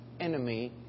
enemy